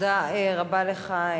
תודה רבה לך,